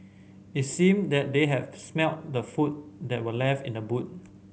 it seemed that they had smelt the food that were left in the boot